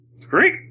great